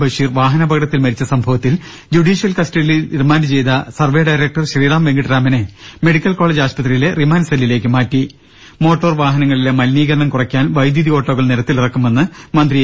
ബഷീർ വാഹനാപകടത്തിൽ മരിച്ച സംഭവ ത്തിൽ ജുഡീഷ്യൽ കസ്റ്റഡിയിൽ റിമാന്റ് ചെയ്ത സർവ്വെ ഡയറക്ടർ ശ്രീറാം വെങ്കിട്ടരാമനെ മെഡിക്കൽ കോളേജ് ആശുപത്രിയിലെ റിമാന്റ് സെല്ലിലേക്ക് മാറ്റി മോട്ടോർ വാഹനങ്ങളിലെ മലിനീകരണം കുറയ്ക്കാൻ വൈദ്യുതി ഓട്ടോകൾ നിരത്തിലിറക്കുമെന്ന് മന്ത്രി എ